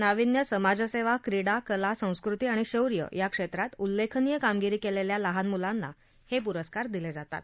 नाविन्य समाजसेवा क्रीडा कला संस्कृती आणि शौर्य या क्षेत्रात उल्लेखनीय कामगिरी केलेल्या लहान मुलांना हे पुरस्कार दिले जातात